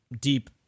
deep